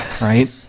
right